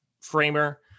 framer